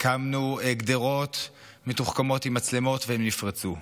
הקמנו גדרות מתוחכמות עם מצלמות, הן נפרצו,